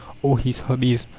or his hobbies.